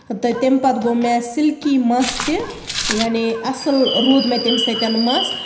تہٕ تَمہِ پَتہٕ گوٚو مےٚ سِلکی مَس تہِ یعنی اَصٕل روٗد مےٚ تَمہِ سۭتۍ مَس